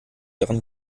dran